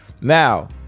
Now